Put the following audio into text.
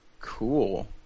Cool